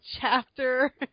chapter